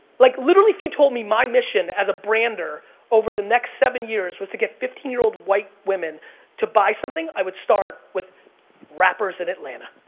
like literally, if you told me my mission as a brander over the next seven years was to get fifteen year old white women to buy something, i would start with rappers in atlanta.